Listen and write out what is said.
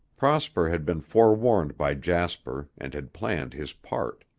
prosper had been forewarned by jasper and had planned his part.